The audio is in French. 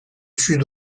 sud